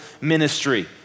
ministry